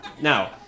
Now